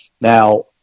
Now